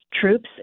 troops